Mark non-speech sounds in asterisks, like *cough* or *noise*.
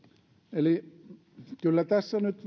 eli kyllä tässä nyt *unintelligible*